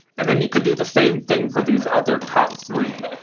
and and you can do the same thing for these other top three